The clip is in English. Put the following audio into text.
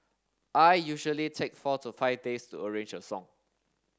I usually take four to five days to arrange a song